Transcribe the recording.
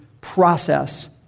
process